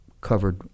covered